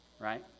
Right